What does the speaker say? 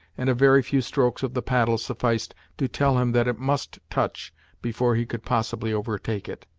and a very few strokes of the paddle sufficed to tell him that it must touch before he could possibly overtake it.